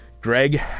Greg